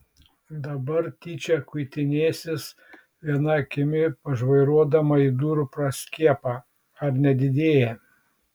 dabar tyčia kuitinėsis viena akimi pažvairuodama į durų praskiepą ar nedidėja